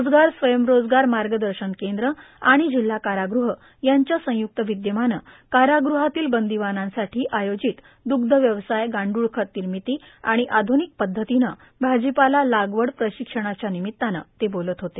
रोजगार स्वयंरोजगार मागदशन कद्र आर्गण जिल्हा कारागृह यांच्या संयुक्त विद्यमानं कारागृहातील बंदोवानासाठो आयोजित द्ग्धव्यवसाय गांडूळ खत र्नामती आर्गाण आर्ध्रानक पध्दतीनं भाजीपाला लागवड प्रशिक्षणाच्या र्नामत्तानं ते बोलत होते